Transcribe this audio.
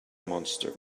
monster